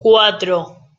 cuatro